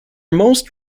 most